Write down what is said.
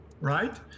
right